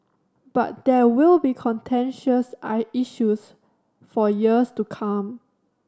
but there will be contentious I issues for years to come